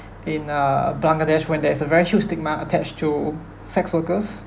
in uh bangladesh when there is a very huge stigma attached to sex workers